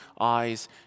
eyes